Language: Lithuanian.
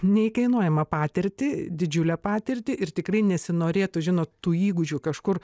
neįkainojamą patirtį didžiulę patirtį ir tikrai nesinorėtų žinot tų įgūdžių kažkur